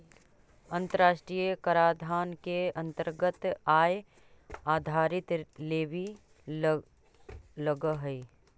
अन्तराष्ट्रिय कराधान के अन्तरगत आय आधारित लेवी लगअ हई